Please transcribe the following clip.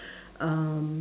um